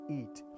eat